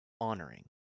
honoring